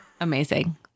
Amazing